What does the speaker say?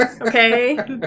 okay